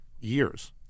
years